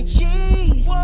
Cheese